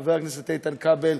חבר הכנסת איתן כבל,